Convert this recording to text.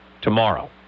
tomorrow